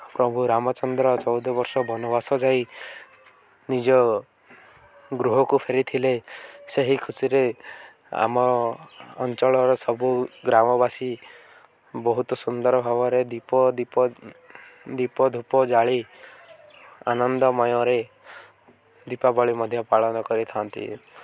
ପ୍ରଭୁ ରାମଚନ୍ଦ୍ର ଚଉଦ ବର୍ଷ ବନବାସ ଯାଇ ନିଜ ଗୃହକୁ ଫେରିଥିଲେ ସେହି ଖୁସିରେ ଆମ ଅଞ୍ଚଳର ସବୁ ଗ୍ରାମବାସୀ ବହୁତ ସୁନ୍ଦର ଭାବରେ ଦୀପ ଦୀପ ଦୀପ ଧୂପ ଜାଳି ଆନନ୍ଦମୟରେ ଦୀପାବଳି ମଧ୍ୟ ପାଳନ କରିଥାନ୍ତି